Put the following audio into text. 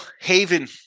haven